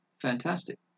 Fantastic